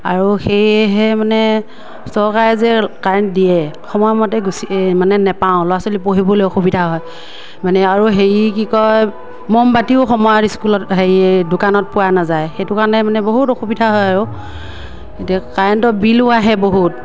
আৰু সেয়েহে মানে চৰকাৰে যে কাৰেণ্ট দিয়ে সময় মতে গুচি মানে নেপাওঁ ল'ৰা ছোৱালী পঢ়িবলৈ অসুবিধা হয় মানে আৰু হেৰি কি কয় মমবাতিও সময়ত স্কুলত হেৰি দোকানত পোৱা নাযায় সেইটো কাৰণে মানে বহুত অসুবিধা হয় আৰু এতিয়া কাৰেণ্টৰ বিলো আহে বহুত